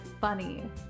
funny